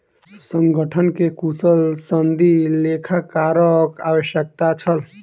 संगठन के कुशल सनदी लेखाकारक आवश्यकता छल